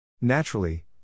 Naturally